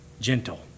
gentle